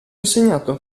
insegnato